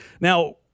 Now